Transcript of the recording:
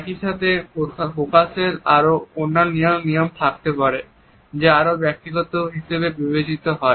একইসাথে প্রকাশের আরো অন্যান্য নিয়ম থাকতে পারে যা আরো ব্যক্তিগত হিসেবে বিবেচিত হয়